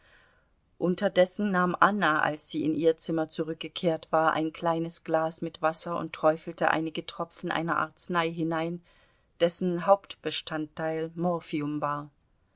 unterdessen nahm anna als sie in ihr zimmer zurückgekehrt war ein kleines glas mit wasser und träufelte einige tropfen einer arznei hinein dessen hauptbestandteil morphium war